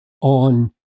on